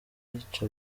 abica